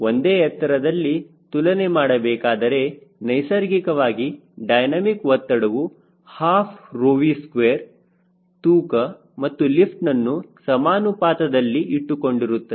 ಒಂದೇ ಎತ್ತರದಲ್ಲಿ ತುಲನೆ ಮಾಡಬೇಕಾದರೆ ನೈಸರ್ಗಿಕವಾಗಿ ಡೈನಮಿಕ್ ಒತ್ತಡವು ½𝜌𝑉2 ತೂಕ ಹಾಗೂ ಲಿಫ್ಟನ್ನು ಸಮಾನುಪಾತದಲ್ಲಿ ಇಟ್ಟುಕೊಂಡಿರುತ್ತದೆ